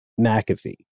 McAfee